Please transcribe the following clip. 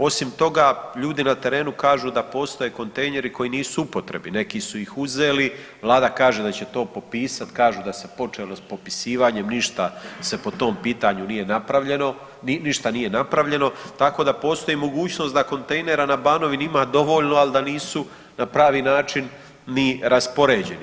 Osim toga ljudi na trenu kažu da postoje kontejneri koji nisu u upotrebi, neki su ih uzeli, vlada kaže da će to popisat kaže da se počelo s popisivanje, ništa se po tom pitanju nije napravljeno, ništa nije napravljeno tako da postoji mogućnost da kontejnera na Banovini ima dovoljno ali da nisu na pravi način ni raspoređeni.